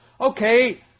okay